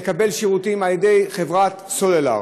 לקבל שירותים על ידי חברת סלולר,